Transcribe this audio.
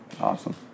awesome